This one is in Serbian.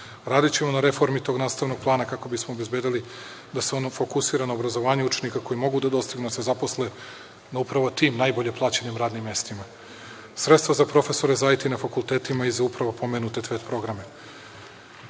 na reformi tog nastavnog plana kako bi smo obezbedili da se ono fokusira na obrazovanje učenika koji mogu da dostignu da se zaposle na upravo tim najbolje plaćenim radnim mestima, sredstva za profesore za IT na fakultetima i za upravo pomenute „tvet“ programe. Takođe